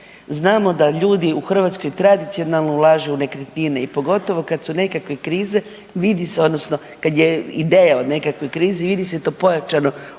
znamo da ljudi u Hrvatskoj tradicionalno ulažu u nekretnine i pogotovo kad su nekakve krize vidi se odnosno kada je ideja od nekakve krize vidi se to pojačano ulaganje